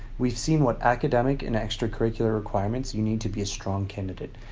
we've seen what academic and extracurricular requirements you need to be a strong candidate,